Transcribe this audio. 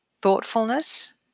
Thoughtfulness